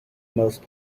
most